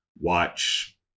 watch